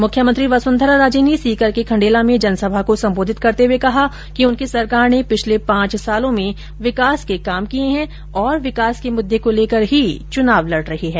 मुख्यमंत्री वसुंधरा राजे ने सीकर के खण्डेला में जनसभा को सम्बोधित करते हुए कहा कि उनकी सरकार ने पिछले पांच सालों में विकास के काम किए है और विकास के मुद्दे को लेकर ही चुनाव लड रही है